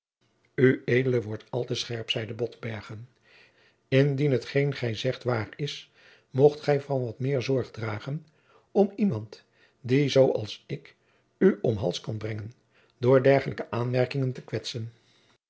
ued wordt al te scherp zeide botbergen indien hetgeen gij zegt waar is mocht gij wat meer zorg dragen om niet iemand die zoo als ik u om hals kan brengen door dergelijke aanmerkingen te kwetsen